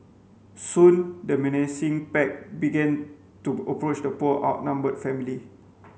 soon the menacing pack began to approach the poor outnumbered family